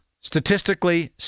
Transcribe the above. statistically